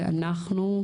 אנחנו,